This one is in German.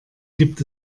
gibt